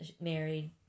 married